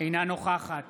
אינה נוכחת